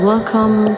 Welcome